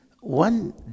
one